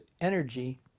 energy